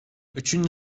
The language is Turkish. üçüncü